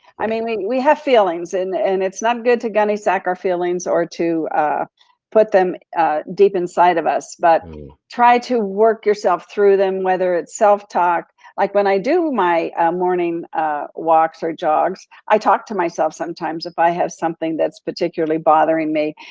i mean, we have feelings and and it's not good to gunnysack our feelings or to put them deep inside of us, but try to work yourself through them, whether it's self talk. like when i do my morning walks or jogs, i talk to myself sometimes if i have something that's particularly bothering me,